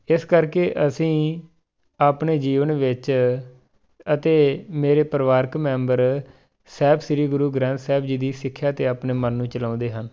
ਜਿਸ ਕਰਕੇ ਅਸੀਂ ਆਪਣੇ ਜੀਵਨ ਵਿੱਚ ਅਤੇ ਮੇਰੇ ਪਰਿਵਾਰਿਕ ਮੈਂਬਰ ਸਾਹਿਬ ਸ਼੍ਰੀ ਗੁਰੂ ਗ੍ਰੰਥ ਸਾਹਿਬ ਜੀ ਦੀ ਸਿੱਖਿਆ 'ਤੇ ਆਪਣੇ ਮਨ ਨੂੰ ਚਲਾਉਂਦੇ ਹਨ